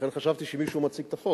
לכן חשבתי שמישהו מציג את החוק.